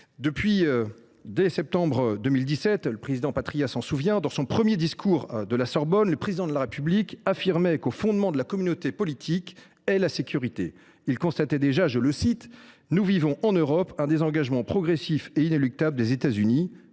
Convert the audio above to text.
Dès septembre 2017 – le président Patriat s’en souvient –, dans son premier discours de la Sorbonne, le Président de la République affirmait qu’au fondement de la communauté politique est la sécurité. « Nous vivons en Europe […] un désengagement progressif et inéluctable des États Unis »,